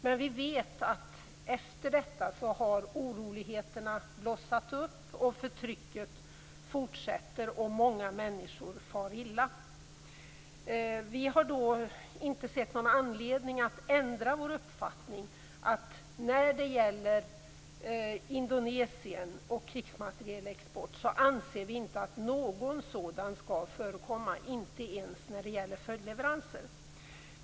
Men vi vet att oroligheterna efter detta har blossat upp och förtrycket fortsätter. Många människor far illa. Vi har inte sett någon anledning att ändra vår uppfattning. När det gäller krigsmaterielexport till Indonesien anser vi inte att någon sådan skall förekomma, inte ens när det gäller följdleveranser.